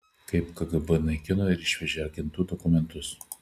kaip kgb naikino ir išvežė agentų dokumentus